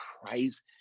Christ